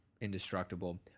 indestructible